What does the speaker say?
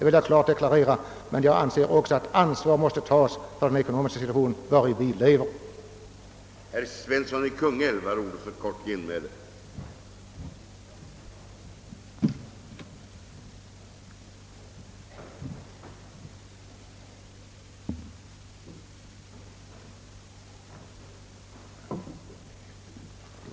Jag anser emellertid också att vi måste ta hänsyn till den ekonomiska situation vari vi befinner oss.